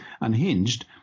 unhinged